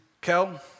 Kel